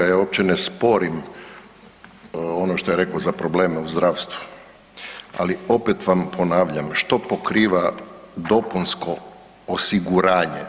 Ja uopće ne sporim ono što je rekao za probleme u zdravstvu, ali opet vam ponavljam što pokriva dopunsko osiguranje.